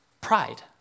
pride